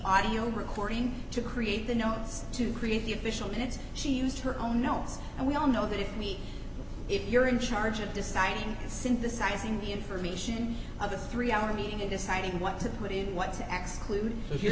audio recording to create the notes to create the official minutes she used her own notes and we all know that if we if you're in charge of deciding synthesizing the information of the three hour meeting in deciding what to put in what to x clues if you're